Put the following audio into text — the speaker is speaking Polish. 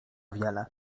wiele